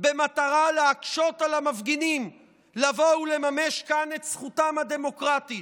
במטרה להקשות על המפגינים לבוא ולממש כאן את זכותם הדמוקרטית,